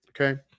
Okay